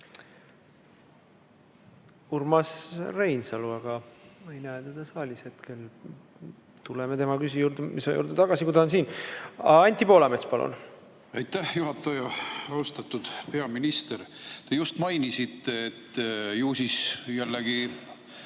Urmas Reinsalu! Aga ma ei näe teda saalis hetkel. Tuleme tema küsimuse juurde tagasi, kui ta on siin. Anti Poolamets, palun! Aitäh, juhataja! Austatud peaminister! Te just mainisite, et ju siis